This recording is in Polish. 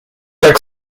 tak